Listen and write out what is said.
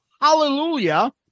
Hallelujah